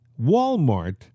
Walmart